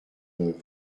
œuvre